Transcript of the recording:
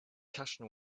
cushion